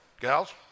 gals